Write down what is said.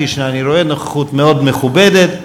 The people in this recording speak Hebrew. כפי שאני רואה, הנוכחות מאוד מכובדת,